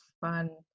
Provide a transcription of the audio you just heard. fun